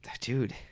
Dude